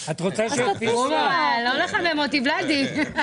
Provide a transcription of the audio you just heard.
לא לחמם אותי ולדי.